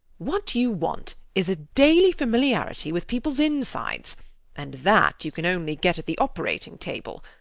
what you want is a daily familiarity with people's insides and that you can only get at the operating table.